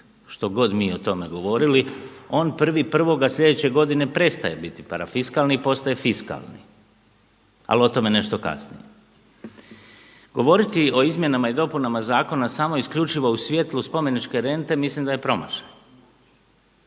što god mi o tome govorili. On 1.1. sljedeće godine prestaje biti parafiskalni i postaje fiskalni, ali o tome nešto kasnije. Govoriti o izmjenama i dopunama zakona samo isključivo u svjetlu spomeničke rente mislim da je promašaj